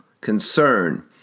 concern